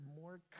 more